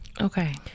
Okay